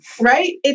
Right